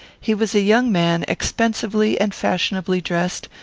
he was a young man, expensively and fashionably dressed,